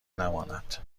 نماند